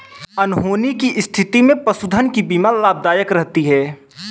अनहोनी की स्थिति में पशुधन की बीमा लाभदायक रहती है